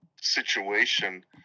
situation